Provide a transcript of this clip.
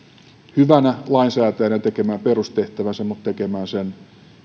hyvänä lainsäätäjänä ja tekemään perustehtävänsä mutta tekemään sen